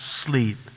sleep